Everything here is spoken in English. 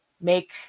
make